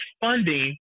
funding